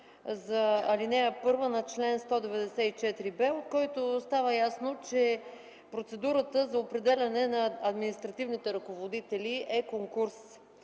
за ал. 1 на чл. 194б, от който става ясно, че процедурата за определяне на административните ръководители е конкурс.